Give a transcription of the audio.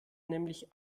nämlich